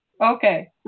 Okay